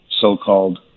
so-called